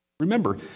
Remember